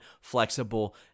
flexible